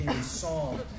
song